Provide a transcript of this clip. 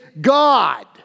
God